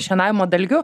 šienavimo dalgiu